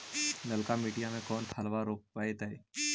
ललका मटीया मे कोन फलबा रोपयतय?